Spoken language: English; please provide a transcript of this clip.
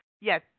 yes